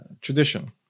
tradition